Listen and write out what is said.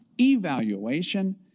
evaluation